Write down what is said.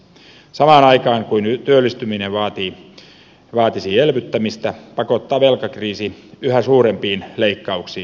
samaan aikaan kun työllistyminen vaatisi elvyttämistä pakottaa velkakriisi yhä suurempiin leikkauksiin